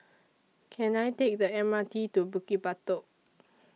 Can I Take The M R T to Bukit Batok